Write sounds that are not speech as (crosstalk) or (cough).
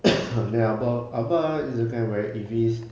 (coughs) then abah abah is the kind where if he's